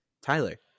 Tyler